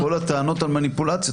כל הטענות על מניפולציות,